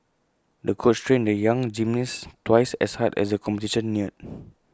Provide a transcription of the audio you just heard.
the coach trained the young gymnast twice as hard as the competition neared